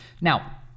Now